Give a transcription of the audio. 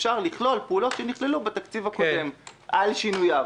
אפשר לכלול פעולות שנכללו בתקציב הקודם על שינוייו,